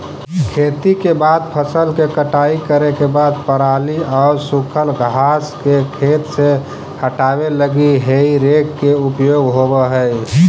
खेती के बाद फसल के कटाई करे के बाद पराली आउ सूखल घास के खेत से हटावे लगी हेइ रेक के उपयोग होवऽ हई